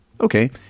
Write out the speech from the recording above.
okay